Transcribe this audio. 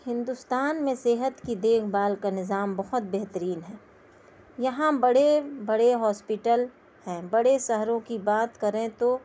ہندوستان میں صحت کی دیکھ بھال کا نظام بہت بہترین ہے یہاں بڑے بڑے ہاسپیٹل ہیں بڑے شہروں کی بات کریں تو